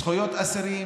זכויות אסירים,